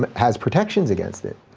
um has protections against it.